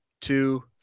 two